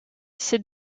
c’est